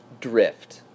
drift